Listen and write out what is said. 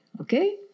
Okay